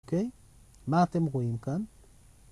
אוקיי, מה אתם רואים כאן?